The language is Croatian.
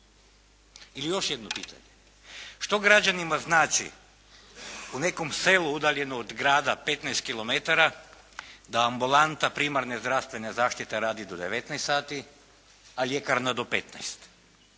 Ili još jedno pitanje. Što građanima znači u nekom selu udaljenom od grada 15 kilometara da ambulanta primarne zdravstvene zaštite radi do 19 sati, a ljekarna do 15,